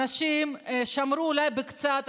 אנשים שמרו אולי קצת,